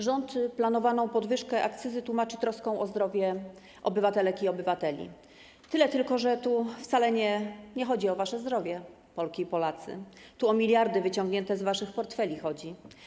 Rząd planowaną podwyżkę akcyzy tłumaczy troską o zdrowie obywatelek i obywateli, tyle tylko że tu wcale nie chodzi o wasze zdrowie, Polki i Polacy, ale o miliardy wyciągnięte z waszych portfeli chodzi.